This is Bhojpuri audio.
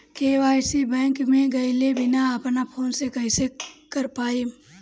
के.वाइ.सी बैंक मे गएले बिना अपना फोन से कइसे कर पाएम?